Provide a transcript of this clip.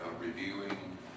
reviewing